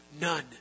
None